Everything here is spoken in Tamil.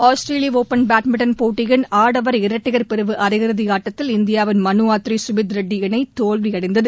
ஆஸ்திரேலிய ஒப்பன் பேட்மிண்டன் போட்டியின் ஆடவர் இரட்டையர் அரை இறதி ஆட்டத்தில் இந்தியாவின் மனு அட்றி சுமித்ரெட்டி இணை தோல்வியடைந்தது